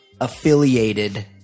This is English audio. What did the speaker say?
affiliated